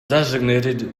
designated